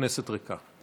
כנסת ריקה.